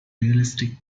realistic